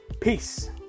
Peace